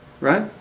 Right